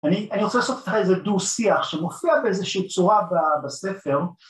אני רוצה לעשות אתך איזה דו-שיח, שמופיע באיזושהי צורה בספר...